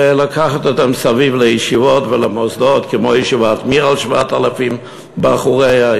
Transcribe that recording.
ולשים אותן מסביב לישיבות ולמוסדות כמו ישיבת מיר על 7,000 בחוריה,